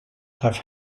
have